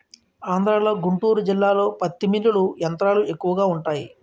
ఆంధ్రలో గుంటూరు జిల్లాలో పత్తి మిల్లులు యంత్రాలు ఎక్కువగా వుంటాయి